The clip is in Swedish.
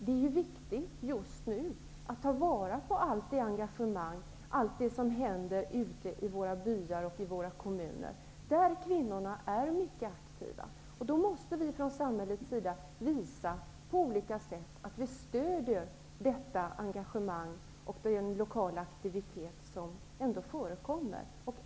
Det är ju viktigt just nu att ta vara på allt engagemang och allt som händer ute i de byar och kommuner, där kvinnorna är mycket aktiva. Vi från samhällets sida måste på olika sätt visa att vi stöder det engagemang och den lokala aktivitet som förekommer.